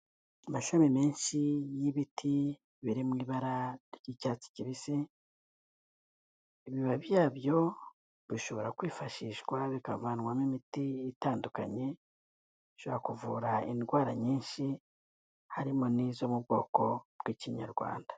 Amashami menshi y'ibiti biri mu ibara ry'icyatsi kibisi, ibibabi byabyo bishobora kwifashishwa bikavanwamo imiti itandukanye, ishobora kuvura indwara nyinshi harimo n'izo mu bwoko bw'ikinyarwanda.